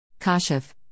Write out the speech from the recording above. Kashif